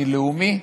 אני לאומי?